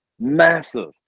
massive